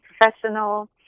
professional